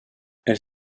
elle